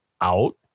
out